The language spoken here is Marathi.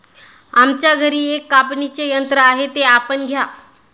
आमच्या घरी एक कापणीचे यंत्र आहे ते आपण घ्या